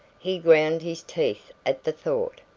he ground his teeth at the thought.